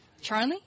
Charlie